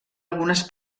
algunes